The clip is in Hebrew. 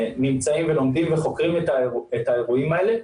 נמצאים ולומדים וחוקרים את האירועים האלה.